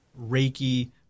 reiki